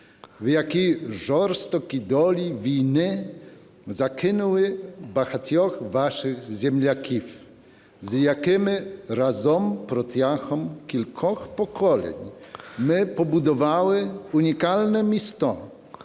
в які жорстокі долі війни закинули багатьох ваших земляків, з якими разом протягом кількох поколінь ми побудували унікальне місто,